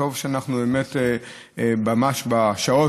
וטוב שממש בשעות,